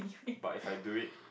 but if I do it